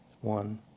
one